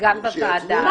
גם בוועדה הזאת, ולא למהר.